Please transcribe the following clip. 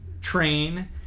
train